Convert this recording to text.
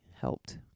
helped